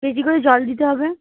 বেশি করে জল দিতে হবে